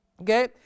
okay